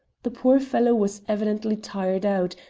the poor fellow was evidently tired out,